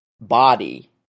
body